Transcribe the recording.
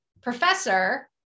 professor